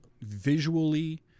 visually